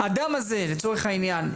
האדם הזה לצורך העניין,